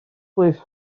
plîs